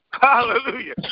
Hallelujah